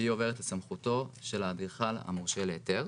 שהיא עוברת לסמכותו של האדריכל המורשה להיתר.